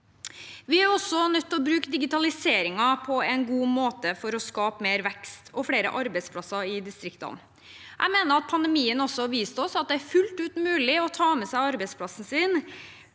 Vi er også nødt til å bruke digitaliseringen på en god måte for å skape mer vekst og flere arbeidsplasser i distriktene. Jeg mener at pandemien har vist oss at det er fullt ut mulig å ta med seg arbeidsplassen sin